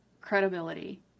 credibility